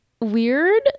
weird